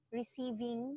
receiving